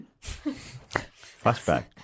Flashback